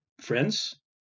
friends